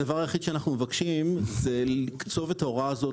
הדבר היחיד שאנו מבקשים זה לקצוב את ההוראה הזאת